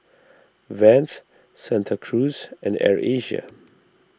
Vans Santa Cruz and Air Asia